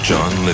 John